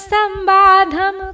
Sambadham